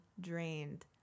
drained